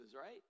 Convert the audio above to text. right